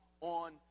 on